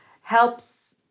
helps